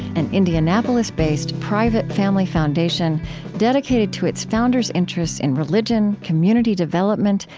an indianapolis-based, private family foundation dedicated to its founders' interests in religion, community development,